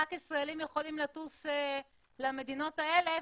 רק ישראלים יכולים לטוס למדינות האלה,